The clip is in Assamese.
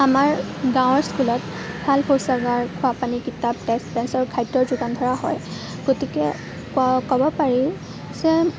আমাৰ গাঁৱৰ স্কুলত ভাল শৌচাগাৰ খোৱা পানী কিতাপ ডেষ্ক বেঞ্চ আৰু খাদ্যৰ যোগান ধৰা হয় গতিকে ক'ব পাৰি যে